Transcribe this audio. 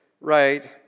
right